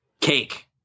Cake